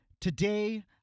Today